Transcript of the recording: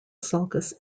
sulcus